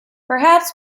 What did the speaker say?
perhaps